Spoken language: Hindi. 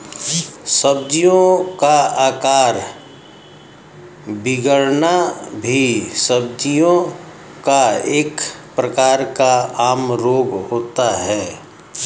सब्जियों का आकार बिगड़ना भी सब्जियों का एक प्रकार का आम रोग होता है